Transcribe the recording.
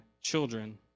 children